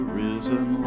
risen